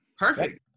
Perfect